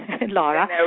Laura